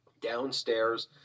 Downstairs